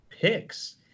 picks